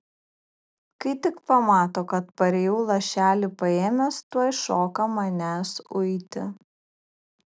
kai tik pamato kad parėjau lašelį paėmęs tuoj šoka manęs uiti